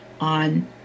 on